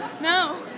No